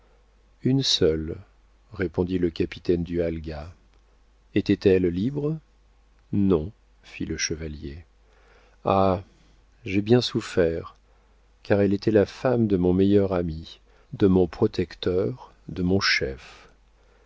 une seule répondit le capitaine du halga était-elle libre non fit le chevalier ah j'ai bien souffert car elle était la femme de mon meilleur ami de mon protecteur de mon chef